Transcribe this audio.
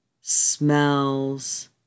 smells